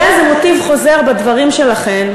היה איזה מוטיב חוזר בדברים שלכן,